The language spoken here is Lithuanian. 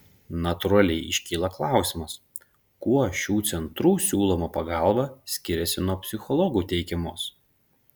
natūraliai iškyla klausimas kuo šių centrų siūloma pagalba skiriasi nuo psichologų teikiamos